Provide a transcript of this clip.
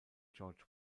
george